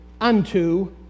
unto